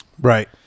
Right